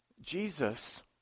Jesus